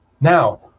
Now